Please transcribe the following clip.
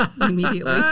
immediately